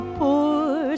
poor